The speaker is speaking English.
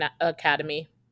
Academy